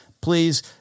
please